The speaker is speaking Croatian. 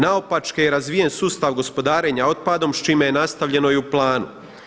Naopačke je razvijen sustav gospodarenja otpadom s čime je nastavljeno i u planu.